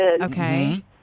Okay